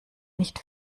nicht